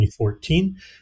2014